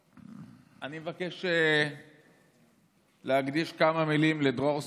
אני מבקש להקדיש כמה מילים לדרור סופר,